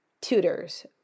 tutors